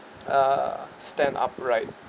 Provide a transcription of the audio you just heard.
uh stand upright